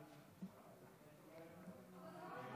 נמנעים,